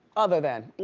other than, like,